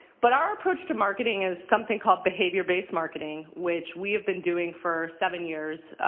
but our approach to marketing is something called behavior based marketing, which we have been doing for seven years.